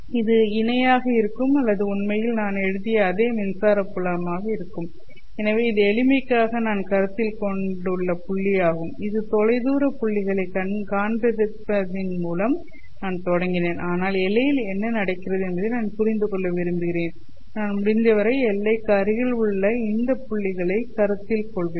இது இணையாக இருக்கும் அல்லது அது உண்மையில் நான் எழுதிய அதே மின்சாரத் புலமாக இருக்கும் எனவே இது எளிமைக்காக நான் கருத்தில் கொண்டுள்ள புள்ளியாகும் இது தொலைதூர புள்ளிகளைக் காண்பிப்பதன் மூலம் நான் தொடங்கினேன் ஆனால் எல்லையில் என்ன நடக்கிறது என்பதை நான் புரிந்து கொள்ள விரும்புகிறேன் நான் முடிந்தவரை எல்லைக்கு அருகில் உள்ள இந்த புள்ளிகளைக் கருத்தில் கொள்வேன்